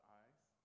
eyes